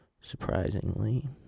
Surprisingly